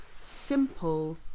simple